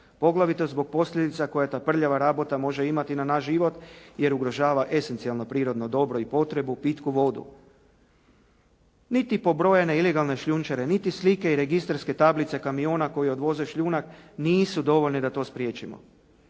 poglavito zbog posljedica koje ta prljava rabota može imati na naš život jer ugrožava esencijalno prirodno dobro i potrebu, pitku vodu. Niti pobrojene ilegalne šljunčare, niti slike i registarske tablice kamiona koji odvoze šljunak nisu dovoljni da to spriječimo.